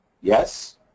Yes